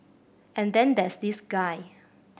and then there's this guy